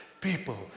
People